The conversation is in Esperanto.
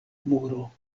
muro